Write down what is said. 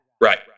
Right